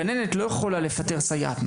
הגננת לא יכולה לפטר סייעת.